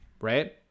right